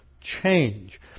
change